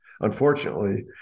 unfortunately